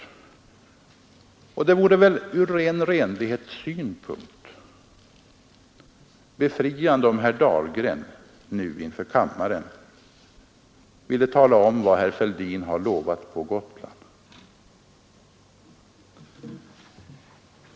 Det vore ur renlighetssynpunkt befriande om herr Dahlgren nu inför kammaren ville tala om vad herr Fälldin lovat på Gotland.